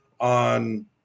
on –